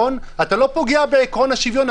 כאן אתה לא פוגע בעיקרון השוויון?